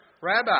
Rabbi